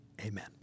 Amen